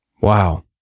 Wow